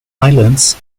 islands